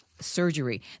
Surgery